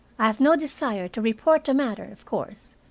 i have no desire to report the matter, of course.